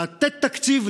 לתת תקציב,